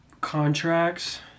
contracts